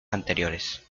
anteriores